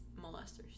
molesters